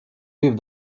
vivent